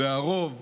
והרוב